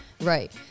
Right